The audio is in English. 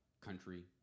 country